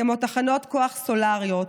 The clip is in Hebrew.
כמו תחנות כוח סולריות.